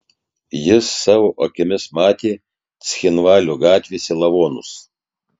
jis savo akimis matė cchinvalio gatvėse lavonus